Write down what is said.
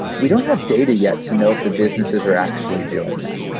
we don't have data yet to know if the businesses are actually doing that.